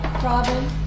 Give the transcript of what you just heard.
Robin